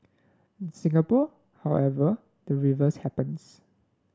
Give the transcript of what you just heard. in Singapore however the reverse happens